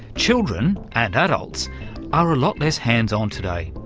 children and adults are a lot less hands-on today.